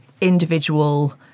individual